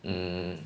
mm